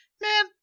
Man